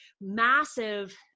massive